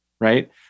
right